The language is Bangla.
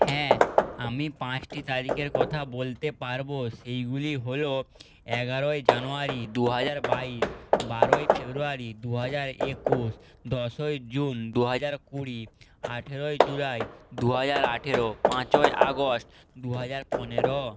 হ্যাঁ আমি পাঁচটি তারিখের কথা বলতে পারবো সেইগুলি হলো এগারোই জানুয়ারি দু হাজার বাইশ বারোই ফেব্রুয়ারি দু হাজার একুশ দশই জুন দু হাজার কুড়ি আঠেরোই জুলাই দু হাজার আঠেরো পাঁচই আগস্ট দু হাজার পনেরো